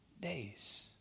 days